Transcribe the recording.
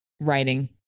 writing